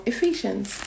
Ephesians